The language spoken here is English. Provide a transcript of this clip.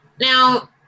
Now